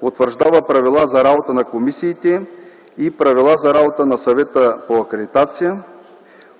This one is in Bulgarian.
утвърждава правила за работа на комисиите и правила за работата на Съвета по акредитация;